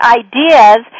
ideas